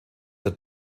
der